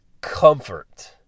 comfort